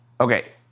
Okay